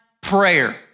prayer